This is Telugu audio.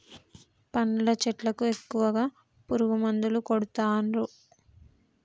పండ్ల చెట్లకు ఎక్కువ పురుగు మందులు కొడుతాన్రు